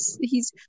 He's-